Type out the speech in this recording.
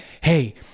Hey